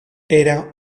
era